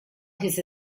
his